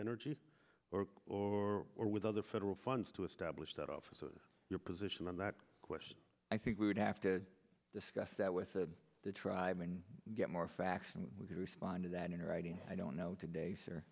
energy or or or with other federal funds to establish that office or your position on that question i think we would have to discuss that with the the tribe and get more facts and we can respond to that in writing i don't know today sir